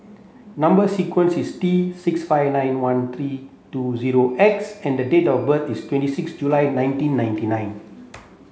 number sequence is T six five nine one three two zero X and date of birth is twenty six July nineteen ninety nine